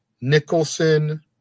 Nicholson